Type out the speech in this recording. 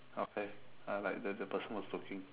okay uh like the the person was looking